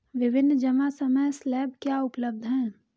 विभिन्न जमा समय स्लैब क्या उपलब्ध हैं?